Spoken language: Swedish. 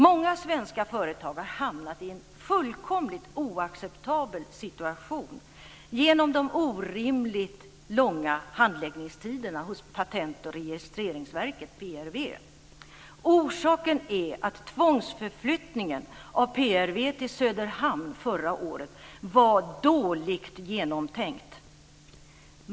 Många svenska företag har hamnat i en fullkomligt oacceptabel situation genom de orimligt långa handläggningstiderna hos Patent och registreringsverket, PRV. Orsaken är att tvångsförflyttningen av PRV till Söderhamn förra året var dåligt genomtänkt.